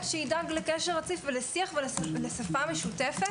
ידאג לקשר רציף ולשיח ולשפה משותפת.